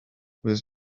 was